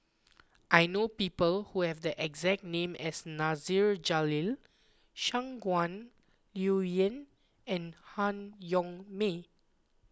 I know people who have the exact name as Nasir Jalil Shangguan Liuyun and Han Yong May